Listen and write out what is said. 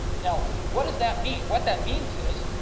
now, what does that mean? what that means is,